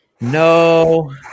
No